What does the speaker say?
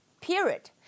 period